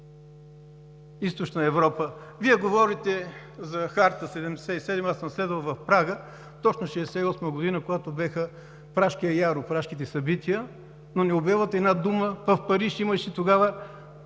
Източна Европа. Вие говорите за Харта 77, аз съм следвал в Прага точно 1968 г., когато бяха Пражкие яро, Пражките събития, но не обелват една дума, в Париж имаше тогава